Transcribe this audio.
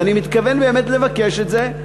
ואני מתכוון באמת לבקש את זה,